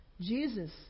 Jesus